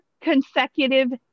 consecutive